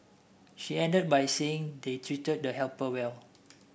she ended by saying they treated the helper well